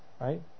right